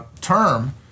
term